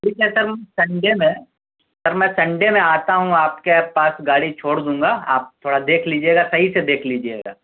ٹھیک ہے سر ہم سنڈے میں سر میں سنڈے میں آتا ہوں آپ کے پاس گاڑی چھوڑ دوں گا آپ تھوڑا دیکھ لیجیے گا صحیح سے دیکھ لیجیے گا